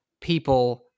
people